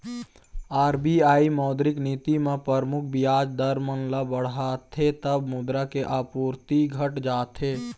RBI मौद्रिक नीति म परमुख बियाज दर मन ल बढ़ाथे तब मुद्रा के आपूरति घट जाथे